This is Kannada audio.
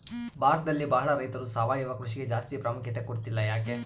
ಭಾರತದಲ್ಲಿ ಬಹಳ ರೈತರು ಸಾವಯವ ಕೃಷಿಗೆ ಜಾಸ್ತಿ ಪ್ರಾಮುಖ್ಯತೆ ಕೊಡ್ತಿಲ್ಲ ಯಾಕೆ?